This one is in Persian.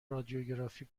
رادیوگرافی